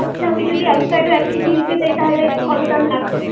আচ্ছা আমি যদি অ্যাভোক্যাডো এক কেজি নিতে চাই তাহলে কত দাম লাগবে